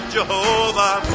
Jehovah